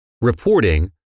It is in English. reporting